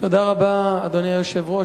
אדוני היושב-ראש,